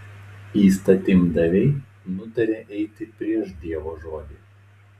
įstatymdaviai nutarė eiti prieš dievo žodį